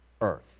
earth